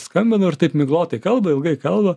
skambinu ir taip miglotai kalba ilgai kalba